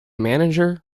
manager